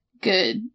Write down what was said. Good